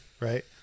right